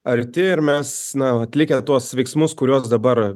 arti ir mes na atlikę tuos veiksmus kuriuos dabar